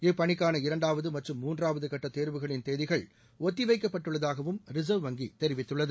இப்பணிக்கான இரண்டாவது மற்றும் மூன்றாவது கட்ட தேர்வுகளின் தேதிகள் ஒத்தி வைக்கப்பட்டுள்ளதாகவும் ரிசர்வ் வங்கி தெரிவித்துள்ளது